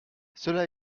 cela